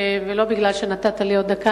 ולא בגלל שנתת לי עוד דקה,